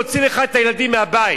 להוציא לך את הילדים מהבית.